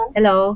Hello